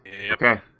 okay